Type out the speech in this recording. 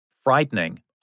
frightening